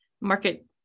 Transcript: market